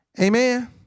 Amen